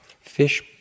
fish